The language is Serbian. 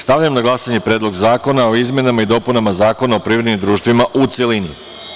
Stavljam na glasanje Predlog zakona o izmenama i dopunama Zakona o privrednim društvima, u celini.